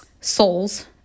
souls